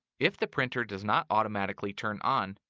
if the printer does not automatically turn on,